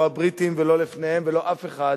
לא הבריטים ולא לפניהם ולא לאף אחד,